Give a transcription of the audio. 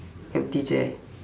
empty chair